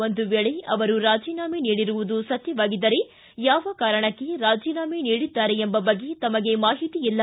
ಒಂದು ವೇಳೆ ಅವರು ರಾಜೀನಾಮೆ ನೀಡಿರುವುದು ಸತ್ಯವಾಗಿದ್ದರೆ ಯಾವ ಕಾರಣಕ್ಕೆ ರಾಜೀನಾಮೆ ನೀಡಿದ್ದಾರೆ ಎಂಬ ಬಗ್ಗೆ ತಮಗೆ ಮಾಹಿತಿಯಿಲ್ಲ